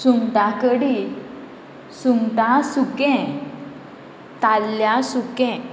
सुंगटां कडी सुंगटां सुकें ताल्ल्या सुकें